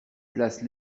place